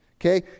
okay